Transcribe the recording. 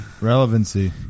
Relevancy